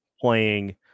playing